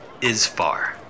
Isfar